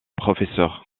professeur